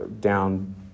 down